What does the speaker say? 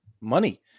money